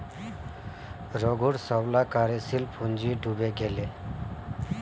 रघूर सबला कार्यशील पूँजी डूबे गेले